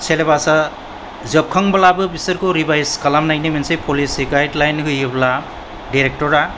सिलेबासा जोबखांब्लाबो बिसोरखौ रिवाइस खालामनायनि मोनसे पलिसि गाइडलाइन होयोब्ला डिरेक्टरा